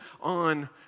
on